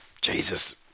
Jesus